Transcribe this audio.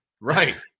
right